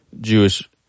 Jewish